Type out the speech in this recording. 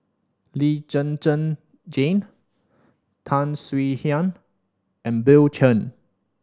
Lee Zhen Zhen Jane Tan Swie Hian and Bill Chen